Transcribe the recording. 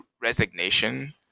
resignation